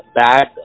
bad